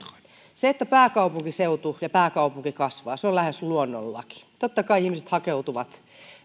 se että pääkaupunkiseutu ja pääkaupunki kasvaa on lähes luonnonlaki totta kai ihmiset hakeutuvat